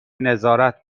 نظارت